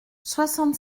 soixante